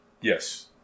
Yes